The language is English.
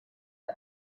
him